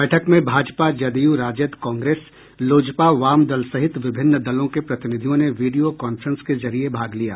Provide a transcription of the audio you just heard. बैठक में भाजपा जदयू राजद कांग्रेस लोजपा वाम दल सहित विभिन्न दलों के प्रतिनिधियों ने वीडियो कांफ्रेंस के जरिये भाग लिया